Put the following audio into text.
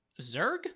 Zerg